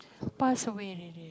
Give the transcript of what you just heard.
passed away already